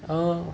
um